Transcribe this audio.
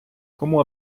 кому